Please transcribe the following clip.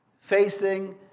facing